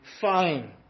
fine